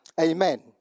Amen